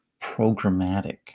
programmatic